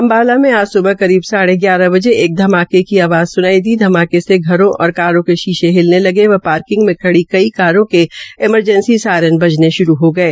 अम्बाला में आज करीब साढ़े ग्यारह बजे एक ध्माके की आवाज़ स्नाई दी धमाके से घरों और कारों की शीधे हिलने लगे व ार्किंग में खडी कई कारों में एमरजैसी सायरन भी बजने शुरू हो गये